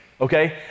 Okay